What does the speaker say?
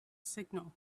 signal